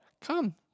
Come